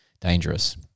dangerous